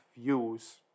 views